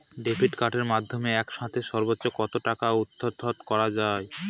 Debit কার্ডের মাধ্যমে একসাথে সর্ব্বোচ্চ কত টাকা উইথড্র করা য়ায়?